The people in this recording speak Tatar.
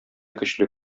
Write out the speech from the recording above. көчле